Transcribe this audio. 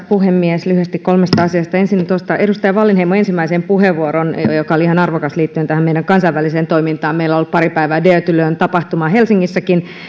puhemies lyhyesti kolmesta asiasta ensinnä edustaja wallinheimon ensimmäiseen puheenvuoroon joka oli ihan arvokas liittyen tähän meidän kansainväliseen toimintaamme meillä on ollut pari päivää dare to learn tapahtuma helsingissäkin